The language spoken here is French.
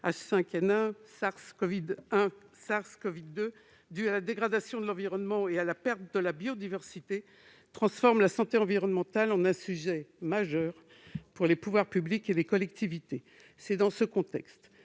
H5N1, SARS-CoV-1 et SARS-CoV-2 -dues à la dégradation de l'environnement et à la perte de la biodiversité transforment la santé environnementale en un sujet majeur pour les pouvoirs publics et les collectivités. C'est dans ce contexte